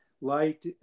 light